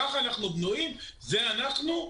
כך אנחנו בנויים, זה אנחנו,